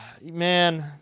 man